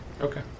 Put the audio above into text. Okay